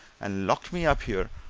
and locked me up here,